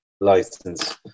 license